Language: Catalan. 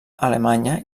alemanya